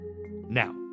now